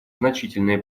значительные